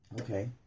okay